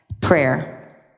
Prayer